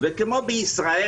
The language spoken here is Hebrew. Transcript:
וכמו בישראל,